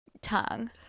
tongue